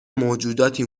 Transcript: موجوداتی